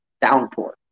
downpour